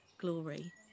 glory